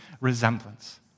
resemblance